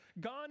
gone